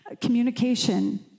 communication